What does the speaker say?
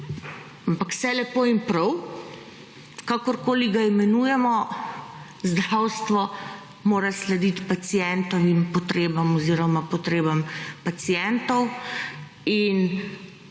Ampak vse lepo in prav, kakorkoli ga imenujemo, zdravstvo mora slediti pacientovim potrebam oziroma potrebam pacientov. In